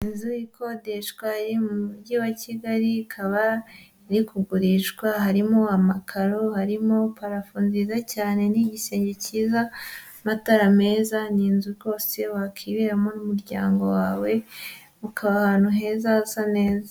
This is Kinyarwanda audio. Inzu ikodeshwari iri mu mujyi wa Kigali, ikaba iri kugurishwa, harimo amakaro, harimo parafu nziza cyane n'igisenge cyiza, n'amatara meza, ni inzu rwose wakwiberamo n'umuryango wawe ukaba ahantu heza hasa neza.